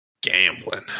gambling